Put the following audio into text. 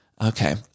Okay